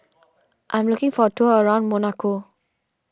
I'm looking for a tour around Monaco